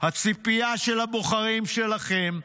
הציפייה של הבוחרים שלכם,